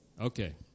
Okay